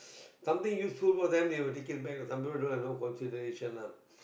something useful for them they will take it back some people have no consideration lah